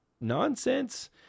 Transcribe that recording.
nonsense